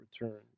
return